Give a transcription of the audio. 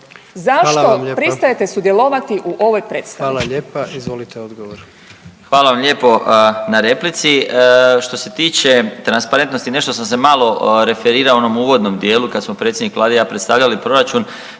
Zašto pristajete sudjelovati u ovoj predstavi? **Jandroković, Gordan (HDZ)** Hvala lijepa. Izvolite odgovor. **Marić, Zdravko** Hvala vam lijepo na replici. Što se tiče transparentnosti, nešto sam se malo referirao u onom uvodnom dijelu kad smo predsjednik Vlade i ja predstavljali proračun,